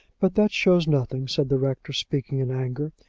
but that shows nothing, said the rector, speaking in anger.